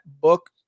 book